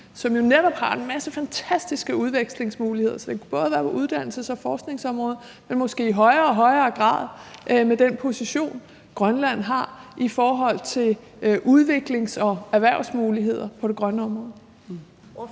som jo netop har en masse fantastiske udvekslingsmuligheder. Det kan både være uddannelses- og forskningsområdet, men måske også i højere og højere grad i forhold til den position, Grønland har med hensyn til udviklings- og erhvervsmuligheder på det grønne område.